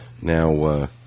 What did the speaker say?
Now